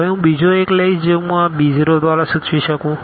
હવે હું બીજો એક લઈશ જે હું આ b0 દ્વારા સૂચવી શકું છું